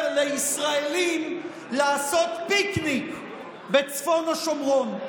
לישראלים לעשות פיקניק בצפון השומרון,